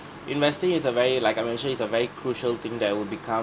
investing is a very like I mentioned is a very crucial thing that will become